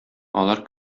алар